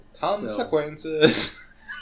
Consequences